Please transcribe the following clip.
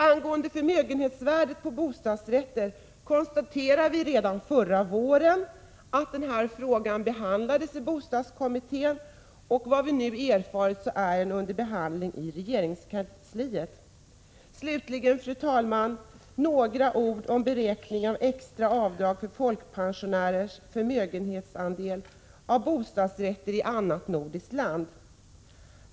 Angående förmögenhetsvärdet för bostadsrätter konstaterade vi redan förra våren att denna fråga behandlades i bostadskommittén. Enligt vad vi nu erfarit är den nu under behandling i regeringskansliet. Slutligen, fru talman, några ord om beräkning av extra avdrag för folkpensionärers förmögenhetsandel av bostadsfastighet i annat nordiskt land.